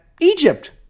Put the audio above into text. Egypt